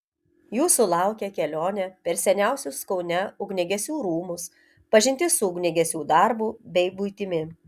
jūsų laukia kelionė per seniausius kaune ugniagesių rūmus pažintis su ugniagesiu darbu bei buitimi